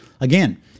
Again